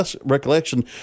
recollection